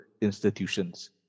institutions